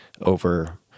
over